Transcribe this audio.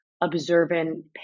observant